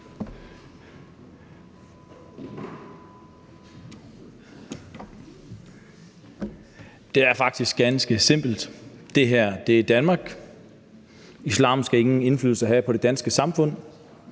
Det er faktisk ganske simpelt. Det her er Danmark. Islam skal ingen indflydelse have på det danske samfund.